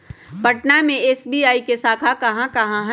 पटना में एस.बी.आई के शाखा कहाँ कहाँ हई